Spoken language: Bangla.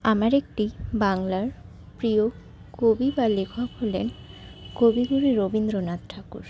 আমার একটি বাংলার প্রিয় কবি বা লেখক হলেন কবিগুরু রবীন্দ্রনাথ ঠাকুর